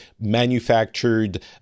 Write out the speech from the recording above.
manufactured